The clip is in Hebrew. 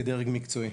כדרג מקצועי,